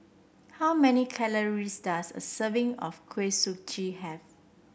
how many calories does a serving of Kuih Suji have